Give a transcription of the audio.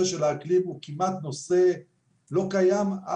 של האקלים הוא נושא שכמעט לא קיים,